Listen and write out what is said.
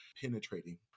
penetrating